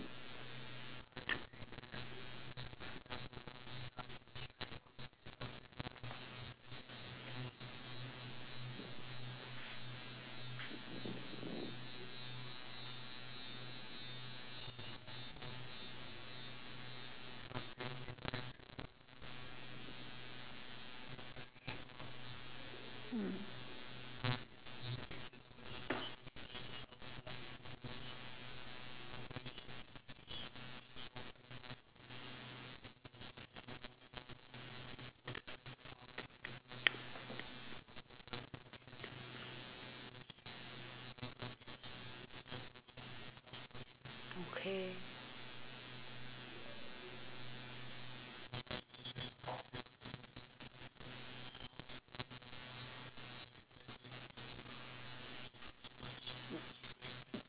mm okay